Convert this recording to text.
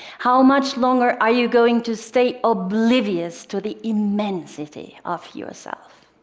how much longer are you going to stay oblivious to the immensity of yourself?